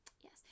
Yes